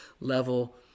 level